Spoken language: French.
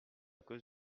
cause